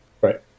Right